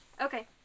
Okay